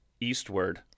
eastward